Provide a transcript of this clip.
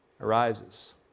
arises